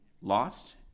lost